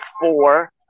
four